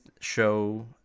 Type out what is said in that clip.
show